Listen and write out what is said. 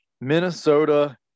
Minnesota